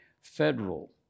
federal